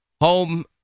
home